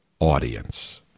Audience